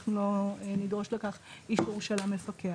אנחנו לא נדרוש אישור על כך מהמפקח.